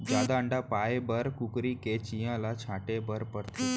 जादा अंडा पाए बर कुकरी के चियां ल छांटे बर परथे